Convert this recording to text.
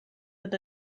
with